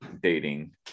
dating